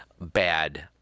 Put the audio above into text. bad